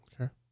Okay